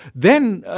then,